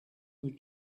was